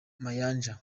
mayanja